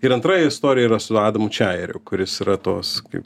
ir antra istorija yra su adamu čiajeriu kuris yra tos kaip